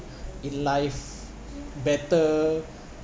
in life better